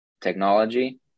technology